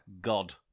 God